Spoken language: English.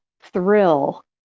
thrill